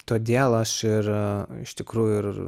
todėl aš ir iš tikrųjų ir